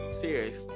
serious